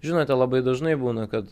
žinote labai dažnai būna kad